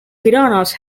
piranhas